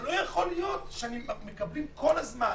אבל לא יכול להיות שמקבלים כל הזמן